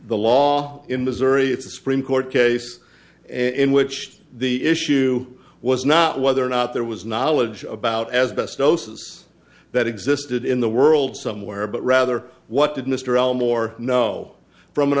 the law in missouri it's the supreme court case in which the issue was not whether or not there was knowledge about as best osis that existed in the world somewhere but rather what did mr elmore know from an